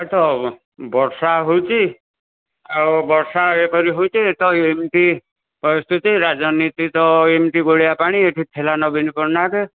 ଏ ତ ବର୍ଷା ହେଉଛି ଆଉ ବର୍ଷା ଏପରି ହେଉଛି ତ ଏମିତି ପରିସ୍ଥିତି ରାଜନୀତି ତ ଏମିତି ଗୋଳିଆ ପାଣି ଏଠି ଥିଲା ନବୀନ ପଟ୍ଟନାୟକ